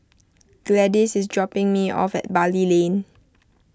Gladis is dropping me off at Bali Lane